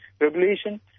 regulation